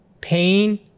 Pain